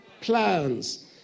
plans